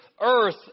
earth